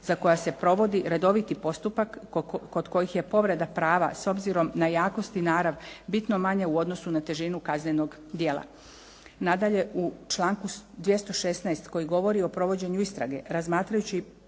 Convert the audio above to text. za koja se provodi redoviti postupak kod kojih je povreda prava s obzirom na jakost i narav bitno manja u odnosu na težinu kaznenog djela. Nadalje u članku 216. koji govori o provođenju istrage razmatrajući